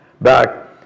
back